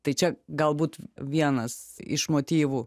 tai čia galbūt vienas iš motyvų